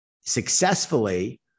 successfully